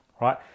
right